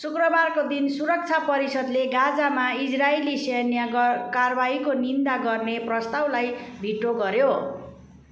शुक्रवारको दिन सुरक्षा परिषद्ले गाजामा इजरायली सैन्य गर् कारबाहीको निन्दा गर्ने प्रस्तावलाई भिटो गर्यो